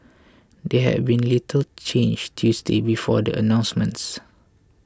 they had been little changed Tuesday before the announcements